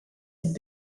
had